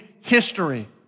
history